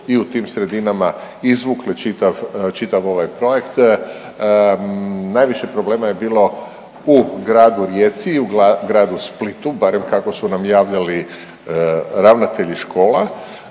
i u tim sredinama izvukli čitav ovaj projekt, najviše problema je bilo u Gradu Rijeci i u Gradu Splitu, barem kako su nam javljali ravnatelji škola.